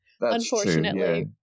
unfortunately